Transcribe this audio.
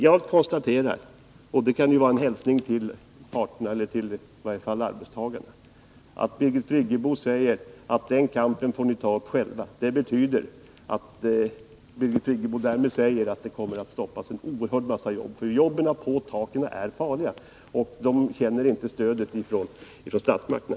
Jag konstaterar — och det kan vara en hälsning till arbetstagarna — att Birgit Friggebo säger att arbetstagarna får ta upp kampen själva. Det som Birgit Friggebo då säger betyder att en oerhörd mängd arbeten kommer att stoppas. Jobben på taken är nämligen farliga, och de som utför dem känner inte något stöd från statsmakterna.